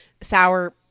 sour